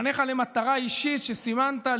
פניך למטרה אישית שסימנת,